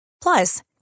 Plus